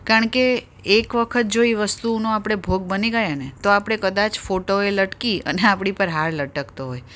કારણ કે એકવખત જો એ વસ્તુનો આપણે ભોગ બની ગયાને તો આપણે કદાચ ફોટોએ લટકી અને આપણી પર હાર લટકતો હોય